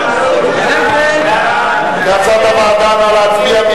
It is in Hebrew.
נא להצביע.